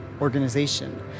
organization